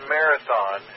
Marathon